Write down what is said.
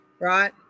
right